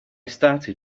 started